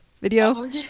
video